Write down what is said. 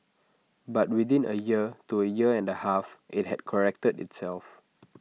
but within A year to A year and A half IT had corrected itself